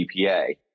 EPA